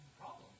problem